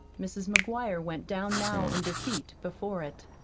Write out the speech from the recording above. mrs. mcguire went down now in defeat before it.